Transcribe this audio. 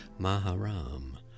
Maharam